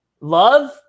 Love